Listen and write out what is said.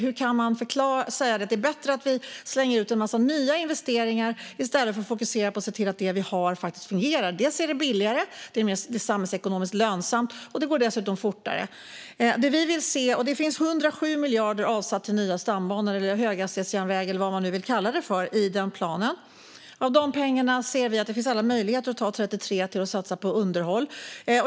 Hur kan man säga att det är bättre att slänga ut en mängd nya investeringar i stället för att fokusera på att det som redan finns faktiskt fungerar? Det är billigare, samhällsekonomiskt lönsamt och går fortare. 107 miljarder har avsatts till nya stambanor, höghastighetsjärnväg eller vad man vill kalla dem i planen. Av de pengarna finns alla möjligheter att ta 33 miljarder för att satsa på underhåll.